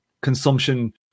consumption